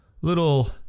little